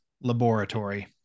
laboratory